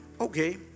Okay